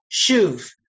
shuv